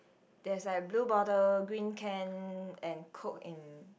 there's like blue bottle green can and coke in